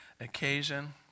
occasion